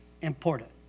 important